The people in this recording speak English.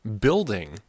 building